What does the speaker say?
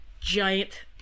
Giant